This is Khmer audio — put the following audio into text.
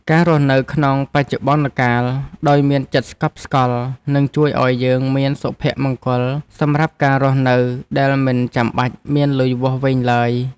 ការរស់នៅក្នុងបច្ចុប្បន្នកាលដោយមានចិត្តស្កប់ស្កល់នឹងជួយឱ្យយើងមានសុភមង្គលសម្រាប់ការរស់នៅដែលមិនចាំបាច់មានលុយវាស់វែងឡើយ។